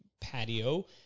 patio